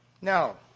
Now